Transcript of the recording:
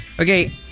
okay